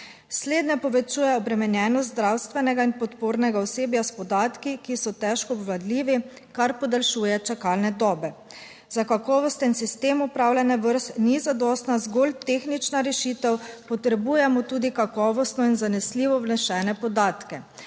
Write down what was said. Slednje povečuje obremenjenost zdravstvenega in podpornega osebja s podatki, ki so težko obvladljivi, kar podaljšuje čakalne dobe. Za kakovosten sistem upravljanja vrst ni zadostna zgolj tehnična rešitev, potrebujemo tudi kakovostno in zanesljivo vnesene podatke.